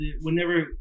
whenever